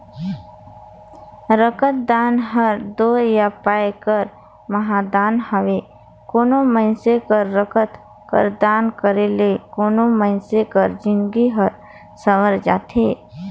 रकतदान हर दो ए पाए कर महादान हवे कोनो मइनसे कर रकत कर दान करे ले कोनो मइनसे कर जिनगी हर संवेर जाथे